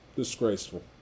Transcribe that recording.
Disgraceful